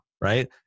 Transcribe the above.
right